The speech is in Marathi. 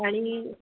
आणि